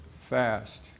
fast